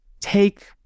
take